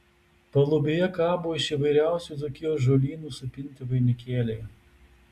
palubėje kabo iš įvairiausių dzūkijos žolynų supinti vainikėliai